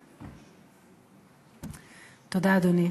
תודה, אדוני.